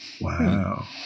Wow